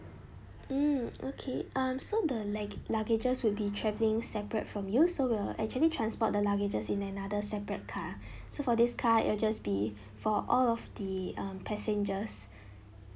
mm okay um so the like luggages will be travelling separate from you so we'll actually transport the luggages in another separate car so for this car it will just be for all of the um passengers